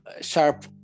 sharp